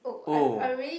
oh